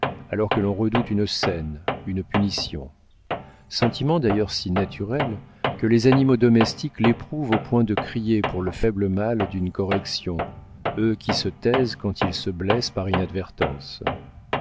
alors que l'on redoute une scène une punition sentiment d'ailleurs si naturel que les animaux domestiques l'éprouvent au point de crier pour le faible mal d'une correction eux qui se taisent quand ils se blessent par inadvertance